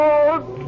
Lord